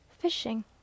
Fishing